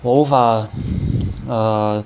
我无法 err